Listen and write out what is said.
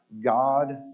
God